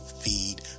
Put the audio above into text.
feed